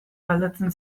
galdetzen